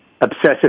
obsessive